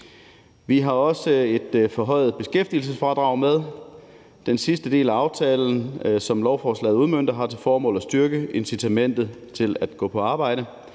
Vi har også et forhøjet beskæftigelsesfradrag med. Den sidste del af aftalen, som lovforslaget udmønter, har til formål at styrke incitamentet til at gå på arbejde.